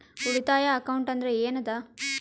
ಉಳಿತಾಯ ಅಕೌಂಟ್ ಅಂದ್ರೆ ಏನ್ ಅದ?